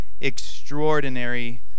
extraordinary